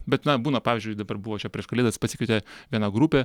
bet na būna pavyzdžiui dabar buvo čia prieš kalėdas pasikvietė viena grupė